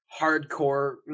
hardcore